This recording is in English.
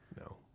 No